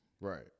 Right